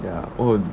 ya oh